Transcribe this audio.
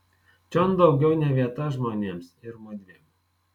čion daugiau ne vieta žmonėms ir mudviem